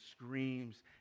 screams